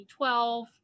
B12